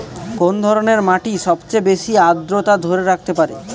কোন ধরনের মাটি সবচেয়ে বেশি আর্দ্রতা ধরে রাখতে পারে?